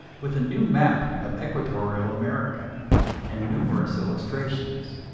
with a new map of equatorial america and numerous illustrations.